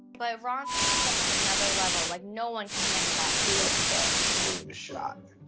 but ron's like on another level. like no one can handle that. good luck with that. the toilet is shot.